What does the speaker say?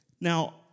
Now